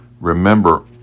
remember